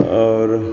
आओर